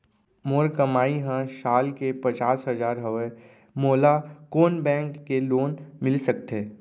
मोर कमाई ह साल के पचास हजार हवय त मोला कोन बैंक के लोन मिलिस सकथे?